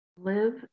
Live